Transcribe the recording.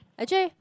actually